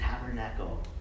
tabernacle